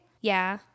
Yeah